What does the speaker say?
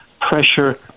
pressure